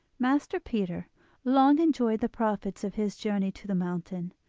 master peter long enjoyed the profits of his journey to the mountain,